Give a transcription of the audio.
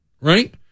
right